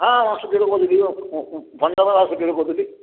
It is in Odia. ହଁ ମୁଁ ସିଟିରୁ କହୁଥିଲି ସିଟିରୁ କହୁଥିଲି